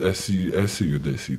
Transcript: esi esi judesy